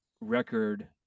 record